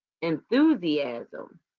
enthusiasm